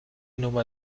nummer